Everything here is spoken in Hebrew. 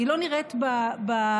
לא נראית בהתנהגות,